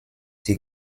die